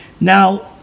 Now